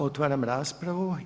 Otvaram raspravu.